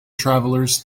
travelers